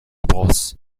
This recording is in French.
bros